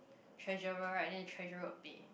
treasurer right then the treasurer will pay